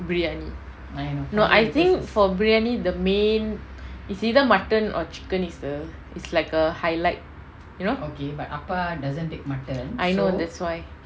biryani no I think for briyani the main it's either mutton or chicken is the is like a highlight you know I know that's why